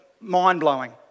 mind-blowing